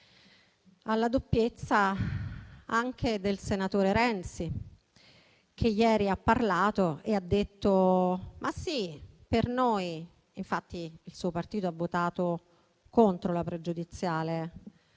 alla doppiezza anche del senatore Renzi, che ieri è intervenuto e ha detto sì, e infatti il suo partito ha votato contro la pregiudiziale